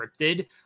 scripted